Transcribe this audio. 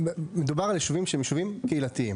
הם שיקולים ענייניים.